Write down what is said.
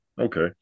Okay